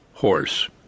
horse